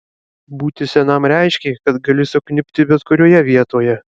būti senam reiškė kad gali sukniubti bet kurioje vietoje